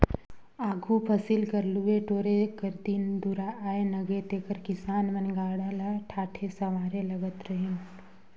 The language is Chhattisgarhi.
आघु फसिल कर लुए टोरे कर दिन दुरा आए नगे तेकर किसान मन गाड़ा ल ठाठे सवारे लगत रहिन